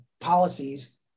policies